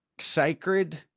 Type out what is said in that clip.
sacred